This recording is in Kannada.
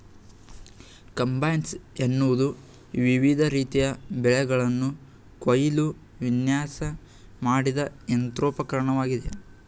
ಕಂಬೈನ್ಸ್ ಎನ್ನುವುದು ವಿವಿಧ ರೀತಿಯ ಬೆಳೆಗಳನ್ನು ಕುಯ್ಯಲು ವಿನ್ಯಾಸ ಮಾಡಿದ ಯಂತ್ರೋಪಕರಣವಾಗಿದೆ